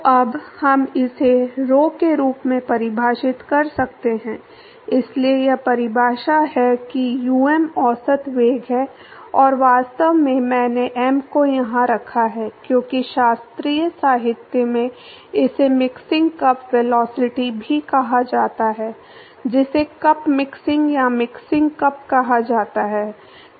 तो अब हम इसे rho के रूप में परिभाषित कर सकते हैं इसलिए यह परिभाषा है कि um औसत वेग है और वास्तव में मैंने m को यहाँ रखा है क्योंकि शास्त्रीय साहित्य में इसे मिक्सिंग कप वेलोसिटी भी कहा जाता है जिसे कप मिक्सिंग या मिक्सिंग कप कहा जाता है